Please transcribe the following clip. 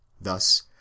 thus